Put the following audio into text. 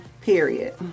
Period